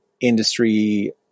industry